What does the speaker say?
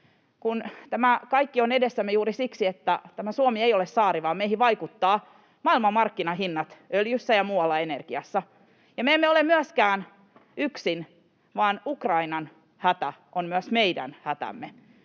Tämä kaikki on edessämme juuri siksi, että tämä Suomi ei ole saari vaan meihin vaikuttavat maailmanmarkkinahinnat öljyssä ja muualla energiassa, ja me emme ole myöskään yksin, vaan Ukrainan hätä on myös meidän hätämme.